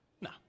No